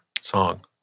song